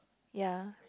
ya